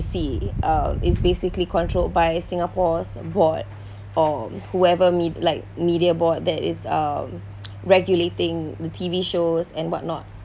see uh it's basically controlled by singapore's board or whoever med~ like media board that is uh regulating the T_V shows and what not